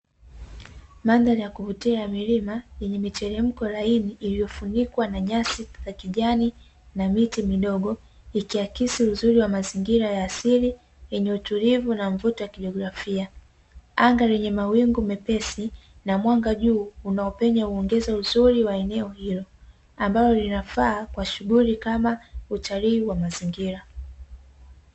Mandhari ya kuvutia ya milima, yenye mitelemko laini iliyofunikwa na nyasi za kijani na miti midogo, ikiakisi uzuri wa mazingira ya asili yenye utulivu na mvuto wa kijiografia. Anga lenye mawingu mepesi na mwanga juu unaopenya huongeza uzuri wa eneo hilo, ambalo linafaa kwa shughuli kama utalii wa mazingira.